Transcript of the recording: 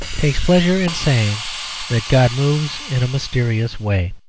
takes pleasure in saying that god moves in a mysterious way.